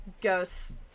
ghosts